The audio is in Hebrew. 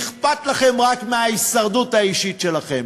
אכפת לכם רק מההישרדות האישית שלכם.